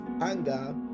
anger